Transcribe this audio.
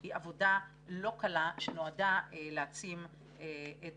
היא עבודה לא קלה שנועדה להעצים את